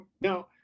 Now